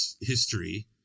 history